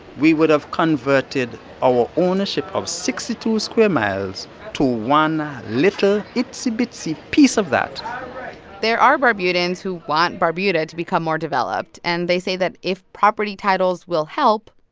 we would have converted our ownership of sixty two square miles to one little, itsy-bitsy piece of that there are barbudans who want barbuda to become more developed. and they say that if property titles will help,